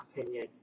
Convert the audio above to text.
opinion